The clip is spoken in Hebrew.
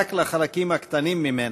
רק לחלקים קטנים ממנה,